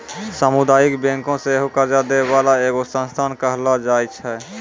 समुदायिक बैंक सेहो कर्जा दै बाला एगो संस्थान कहलो जाय छै